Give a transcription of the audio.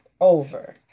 over